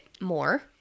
more